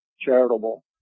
charitable